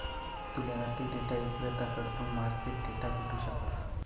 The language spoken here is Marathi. तूले आर्थिक डेटा इक्रेताकडथून मार्केट डेटा भेटू शकस